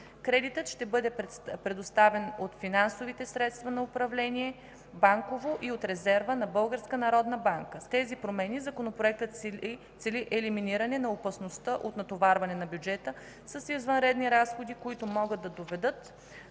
Кредитът ще бъде предоставен от финансовите средства на управление „Банково” и от „резерва” на Българската народна банка. С тези промени Законопроектът цели елиминиране на опасността от натоварване на бюджета с извънредни разходи, които могат да доведат